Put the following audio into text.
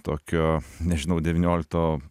tokio nežinau devyniolikto